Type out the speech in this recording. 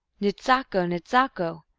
nse-sako! nse-sako!